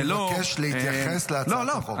אבל זאת חוות דעת חדשה.